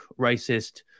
racist